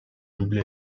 double